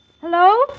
Hello